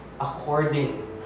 according